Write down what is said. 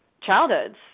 childhoods